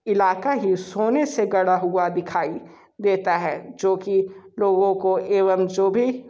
इलाक़ा ही सोने से गड़ा हुआ दिखाई देता है जो कि लोगों को एवं जो भी